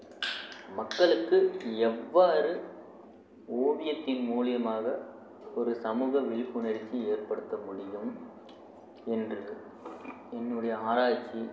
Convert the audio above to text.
மக்களுக்கு எவ்வாறு ஓவியத்தின் மூலியமாக ஒரு சமூக விழிப்புணர்ச்சி ஏற்படுத்த முடியும் என்று என்னுடைய